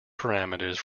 parameters